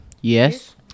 Yes